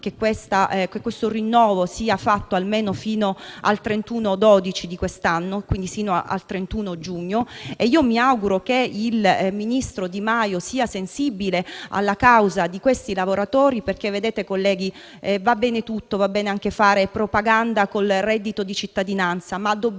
che il rinnovo arrivi al 31 dicembre di quest'anno e non fino al 31 giugno. Mi auguro che il ministro Di Maio sia sensibile alla causa di questi lavoratori perché, colleghi, va bene tutto e va bene anche fare propaganda col reddito di cittadinanza, ma dobbiamo